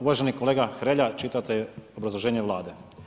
Uvaženi kolega Hrelja, čitate obrazloženje Vlade.